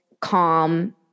calm